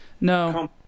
No